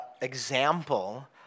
example